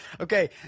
Okay